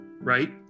right